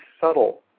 subtle